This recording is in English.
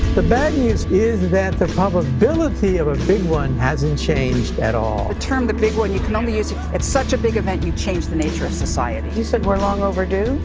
the bad news is that the probability of a big one hasn't changed at all the term, the big one, you can only use if it's such a big event you change the nature of society you said we're long overdue?